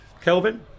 Kelvin